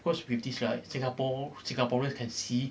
cause with this right singapore singaporeans can see